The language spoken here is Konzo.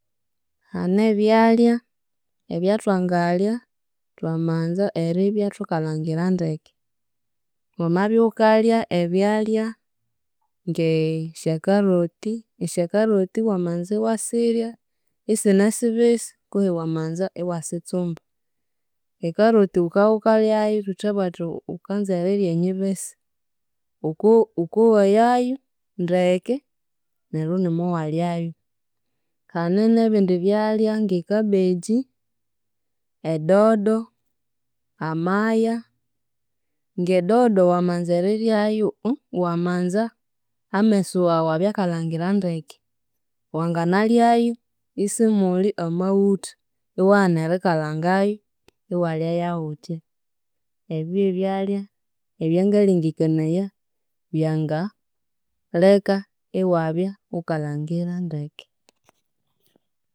Hane ebyalya ebyathwangalya thwamanza eribya thukalhangira ndeke, wamabya wukalya ebyalya ng'esya caroti, esya caroti wamanza iwasirya isine sibisi, kwihi wamanza iwasitsumba, e caroti wukabya wukalyayu, thuthabugha thuthi wukanza erirya enyibisi, wuko wukowayayu ndeke neryo inimo walyayu, kandi n'ebindi byalya ng'e cabbage, e dodo, amaya, ng'e dodo wamanza eriryayu, uu wamanza amesu wawu abye akalhangira ndeke, wanganalyayu isimulhi amaghutha, iwaghana erikalhangayu, iwalya yawuthya, ebyo by'ebyalya eby'angalhengekanaya byanga lheka iwabya wukalhangira ndeke.